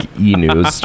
e-news